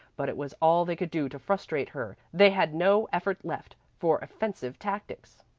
but it was all they could do to frustrate her they had no effort left for offensive tactics.